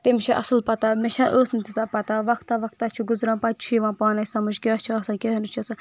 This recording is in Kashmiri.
تٔمِس چھِ اصل پتہ مےٚ چھےٚ ٲس نہٕ تیٖژہ پتہ وقتہ وقتہ چھُ گُزران پتہٕ چھُ یِوان پانے سمٕج کیٛاہ چھُ آسان کیٛاہ نہٕ چھُ آسان